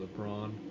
LeBron